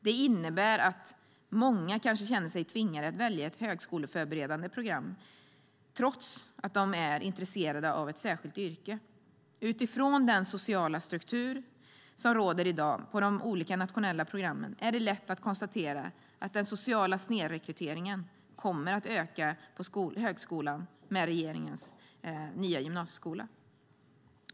Det innebär att många kanske känner sig tvingade att välja ett högskoleförberedande program trots att de också är intresserade av ett särskilt yrke. Utifrån den sociala struktur som i dag råder på de olika nationella programmen är det lätt att konstatera att den sociala snedrekryteringen på högskolan kommer att öka med regeringens nya gymnasieskola.